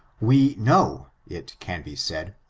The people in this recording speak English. we know, it can be said,